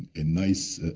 a nice